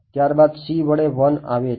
ત્યારબાદ c વડે 1 આવે છે